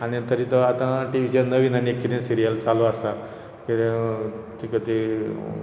आनी तो आतां टी व्हीचेर नवीन सिरियल चालू आसा कितें तें येना म्हाका